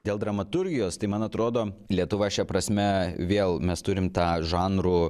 dėl dramaturgijos tai man atrodo lietuva šia prasme vėl mes turim tą žanrų